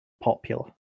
popular